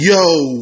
Yo